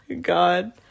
god